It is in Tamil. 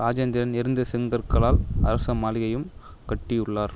ராஜேந்திரன் எரிந்த செங்கற்களால் அரச மாளிகையையும் கட்டியுள்ளார்